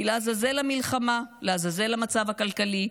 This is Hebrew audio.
כי לעזאזל המלחמה, לעזאזל המצב הכלכלי,